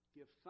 give